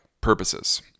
purposes